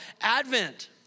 Advent